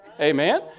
Amen